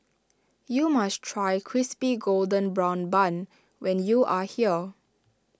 you must try Crispy Golden Brown Bun when you are here